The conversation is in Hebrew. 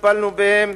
טיפלנו בהן.